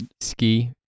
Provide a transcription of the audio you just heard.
Ski